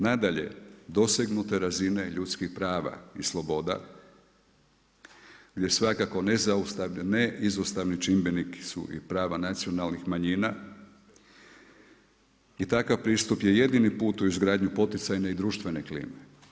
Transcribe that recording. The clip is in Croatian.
Nadalje, dosegnute razine ljudskih prava i sloboda gdje svakako neizostavni čimbenik su i prava nacionalnih manjina i takav pristup je jedini put u izgradnju poticajne i društvene klime.